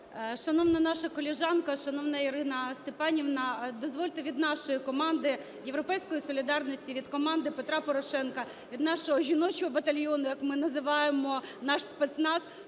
Шановна наша колежанка, шановна Ірина Степанівна, дозвольте від нашої команди "Європейської солідарності", від команди Петра Порошенка, від нашого жіночого батальйону, як ми називаємо наш спецназ,